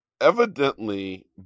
Evidently